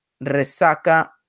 Resaca